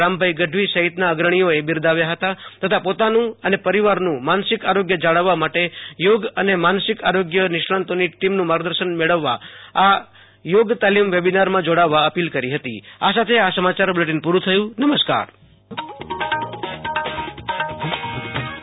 રામભાઈ ગઢવી સહિતના અગ્રણીઓએ બિરદાવ્યા હતા તથા પોતાનું અને પરિવારનું માનસિક આરોગ્ય જાળવવા માટે યોગ અને માનસિક આરોગ્ય નિષ્ણાંતોની ટીમનું માર્ગદર્શન મેળવવા આ યોગ તાલીમ વેબિનારમાં જોડાવવા અપીલ કરી હતી આશુ તોષ અંતાણી